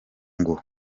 ngo